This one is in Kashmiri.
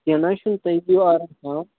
کیٚنٛہہ نہ چھُنہٕ تُہۍ بِہِو آرام سان